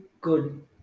good